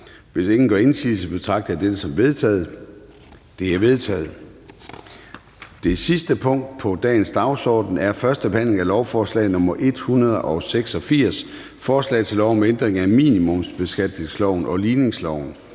Hvis ingen gør indsigelse, betragter jeg dette som vedtaget. Det er vedtaget. --- Det sidste punkt på dagsordenen er: 19) 1. behandling af lovforslag nr. L 186: Forslag til lov om ændring af minimumsbeskatningsloven og ligningsloven.